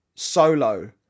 solo